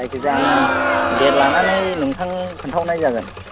जायखिजाया आं देट लानानै नोंथांनो खिन्था हरनाय जागोन